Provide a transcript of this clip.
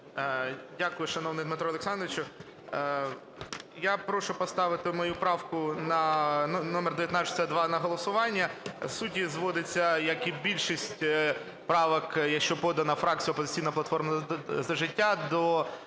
Дякую, шановний Дмитро Олександрович. Я прошу поставити мою правку номер 1962 на голосування. Суть її зводиться, як і більшість правок, що подані фракцією "Опозиційна платформа - За життя", до